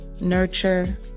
nurture